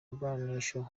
ibigwanisho